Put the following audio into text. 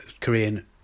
Korean